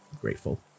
grateful